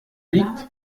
liegt